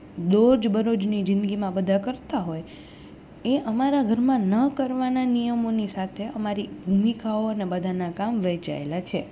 રોજબરોજની જિંદગીમાં બધા કરતાં હોય એ અમારા ઘરમાં ન કરવાના નિયમોની સાથે અમારી ભૂમિકાઓ અને બધાના કામ વહેંચાયેલા છે